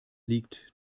liegt